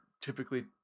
typically